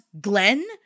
Glenn